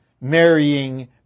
marrying